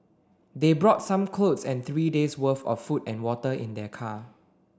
they brought some clothes and three days'worth of food and water in their car